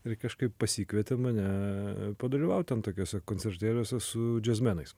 ir kažkaip pasikvietė mane padalyvaut ten tokiuose koncertėliuose su džiazmenais